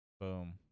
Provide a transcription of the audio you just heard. Boom